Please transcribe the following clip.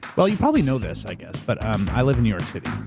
well, you probably know this i guess, but um i live in new york city.